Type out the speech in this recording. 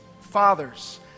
fathers